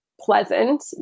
pleasant